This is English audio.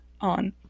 on